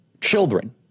children